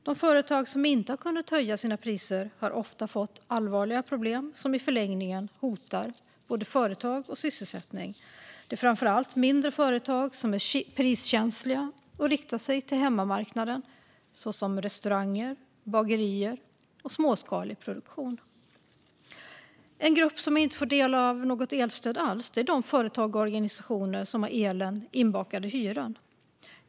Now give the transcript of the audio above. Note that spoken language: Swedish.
De företag som inte har kunnat höja sina priser har ofta fått allvarliga problem som i förlängningen hotar både företag och sysselsättning. Det är framför allt mindre företag som är priskänsliga och riktar sig till hemmamarknaden, såsom restauranger, bagerier och småskalig produktion. En grupp som inte får del av något elstöd alls är de företag och organisationer som har elen inbakad i hyran.